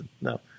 No